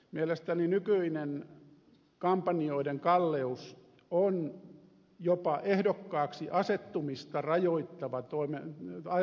mielestäni nykyinen kampanjoiden kalleus on jopa ehdokkaaksi asettumista rajoittava asia